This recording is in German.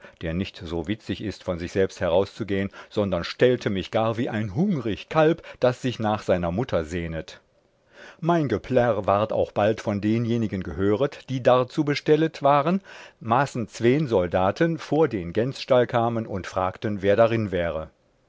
der nicht so witzig ist von sich selbst herauszugehen sondern stellte mich gar wie ein hungrig kalb das sich nach seiner mutter sehnet mein geplärr ward auch bald von denjenigen gehöret die darzu bestellet waren maßen zween soldaten vor den gänsstall kamen und fragten wer darin wäre